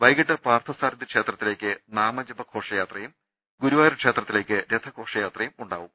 വൈകിട്ട് പാർത്ഥസാരഥി ക്ഷേത്ര ത്തിലേക്ക് നാമജപ്ര ഘോഷയാത്രയും ഗുരുവായൂർ ക്ഷേത്രത്തിലേക്ക് രഥ ഘോഷയാത്രയും ഉണ്ടായിരിക്കും